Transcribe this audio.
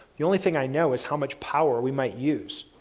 the only thing i know is how much power we might use.